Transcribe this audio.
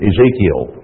Ezekiel